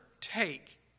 take